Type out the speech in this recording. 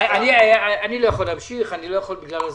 אני לא יכול להמשיך בגלל הזמן.